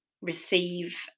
receive